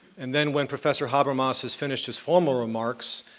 and then when professor habermas has finished his formal remarks,